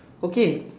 okay